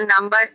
number